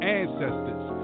ancestors